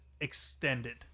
extended